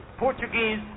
Portuguese